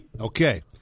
Okay